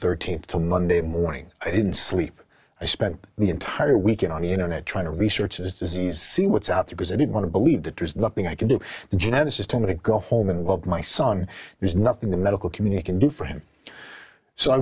the th to monday morning i didn't sleep i spent the entire weekend on the internet trying to research this disease see what's out there was i didn't want to believe that there's nothing i can do geneticist i'm going to go home and well my son there's nothing the medical community can do for him so i